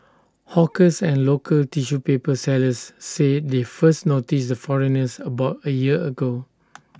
hawkers and local tissue paper sellers said they first noticed the foreigners about A year ago